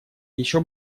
еще